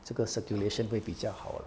这个 circulation 会比较好 lah